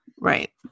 Right